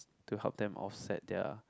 to help them off set their